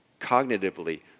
cognitively